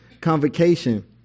convocation